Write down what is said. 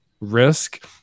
risk